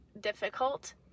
difficult